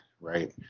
right